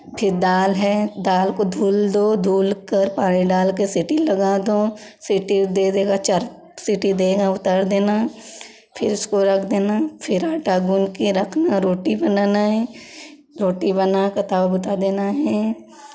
फिर दाल है दाल को धुल दो धुलकर पानी डाल के सीटी लगा दो सीटी वो दे देगा चार सीटी देगा उतार देना फिर उसको रख देना फिर आटा गूँध के रखना रोटी बनाना है रोटी बना के ताव बुता देना है